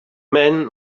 men